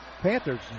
Panthers